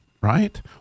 right